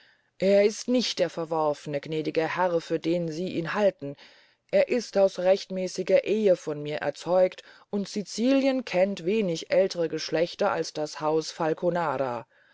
er ist nicht der verworfne gnädiger herr für den sie ihn halten er ist aus rechtmäßiger ehe von mir erzeugt und sicilien kennt wenig ältere geschlechter wie das